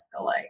escalate